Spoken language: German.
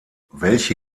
welche